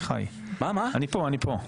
מה הדחיפות של ההליך הרפואי.